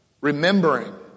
remembering